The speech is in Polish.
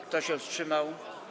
Kto się wstrzymał?